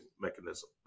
mechanism